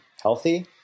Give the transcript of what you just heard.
healthy